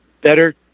Better